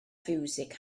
fiwsig